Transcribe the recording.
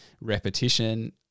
repetition